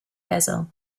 basil